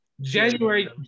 January